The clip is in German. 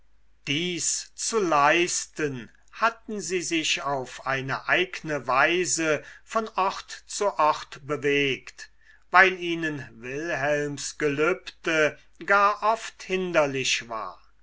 dies zu leisten hatten sie sich auf eine eigne weise von ort zu ort bewegt weil ihnen wilhelms gelübde gar oft hinderlich war